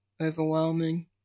overwhelming